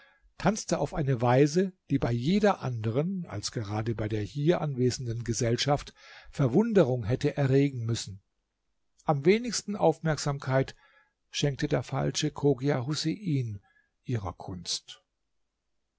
tanzte auf eine weise die bei jeder andern als gerade bei der hier anwesenden gesellschaft verwunderung hätte erregen müssen am wenigsten aufmerksamkeit schenkte der falsche chogia husein ihrer kunst